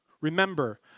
Remember